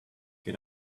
get